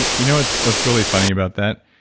and you know what's what's really funny about that?